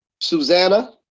Susanna